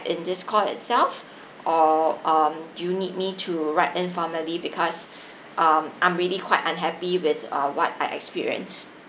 in this call itself or um do you need me to write in formally because um I'm really quite unhappy with err what I experienced